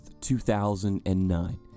2009